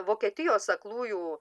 vokietijos aklųjų